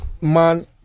man